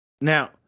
Now